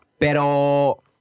Pero